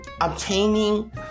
obtaining